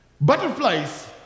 Butterflies